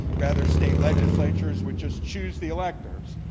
rather state legislatures would just choose the electors.